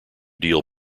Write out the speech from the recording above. deal